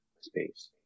space